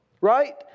Right